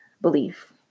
belief